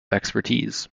expertise